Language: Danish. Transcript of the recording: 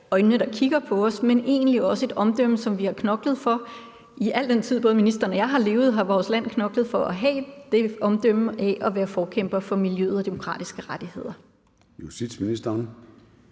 øjnene, der kigger på os, men egentlig også handler om et omdømme, som vi har knoklet for. I al den tid både ministeren og jeg har levet, har vi i vores land knoklet for at have det omdømme at være forkæmpere for miljøet og demokratiske rettigheder. Kl.